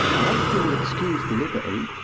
i ope you'll excuse the liberty.